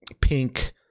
pink